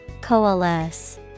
Coalesce